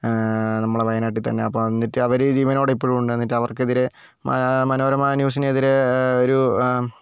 നമ്മളെ വയനാട്ടിൽ തന്നെ അപ്പോൾ എന്നിട്ട് അവർ ജീവനോടെ ഇപ്പോഴും ഉണ്ട് എന്നിട്ട് അവർക്കെതിരെ മ മനോരമ ന്യൂസിനെതിരെ ഒരു